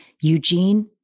Eugene